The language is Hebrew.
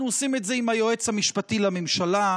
אנחנו עושים את זה עם היועץ המשפטי לממשלה,